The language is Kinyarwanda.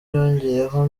yongeyeho